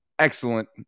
Excellent